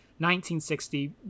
1960